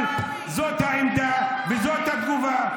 שוואיה-שוואיה, אבל זו העמדה וזו התגובה.